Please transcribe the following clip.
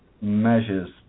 measures